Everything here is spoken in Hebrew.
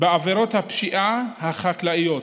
בעבירות הפשיעה החקלאית.